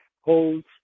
holds